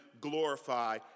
glorify